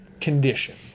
condition